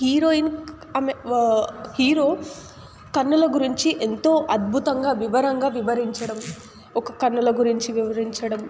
heroine ఆమె hero కన్నుల గురించి ఎంతో అద్భుతంగా వివరంగా వివరించడం ఒక కన్నుల గురించి వివరించడం